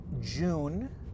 June